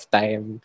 time